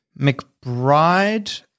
McBride